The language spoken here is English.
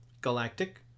Galactic